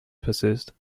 persist